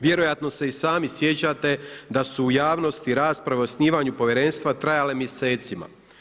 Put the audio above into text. Vjerojatno se i sami sjećate da su u javnosti rasprave o osnivanju povjerenstva trajale mjesecima.